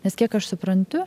nes kiek aš suprantu